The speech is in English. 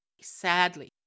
Sadly